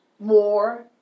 more